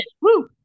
woo